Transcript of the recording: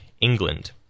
England